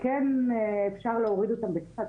כן אפשר להוריד אותם בקצת,